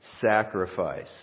sacrifice